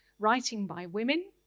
writing by women,